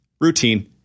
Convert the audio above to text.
Routine